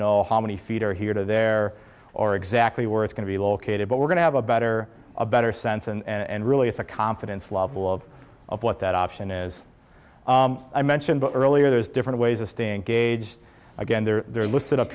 know how many feet are here to there or exactly where it's going to be located but we're going to have a better a better sense and really it's a confidence level of of what that option is i mentioned earlier there's different ways of staying gauge again they're